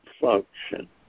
function